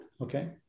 okay